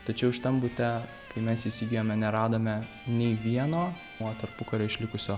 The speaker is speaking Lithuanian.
tačiau šitam bute kai mes jį įsigijome neradome nei vieno nuo tarpukario išlikusio